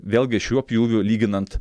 vėlgi šiuo pjūviu lyginant